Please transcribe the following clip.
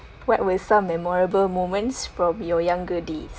what were some memorable moments probably your younger days